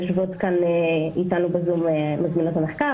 יושבות כאן אתנו בזום מזמינות המחקר,